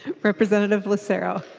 representative lucero.